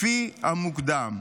לפי המוקדם.